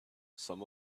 some